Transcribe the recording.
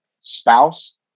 spouse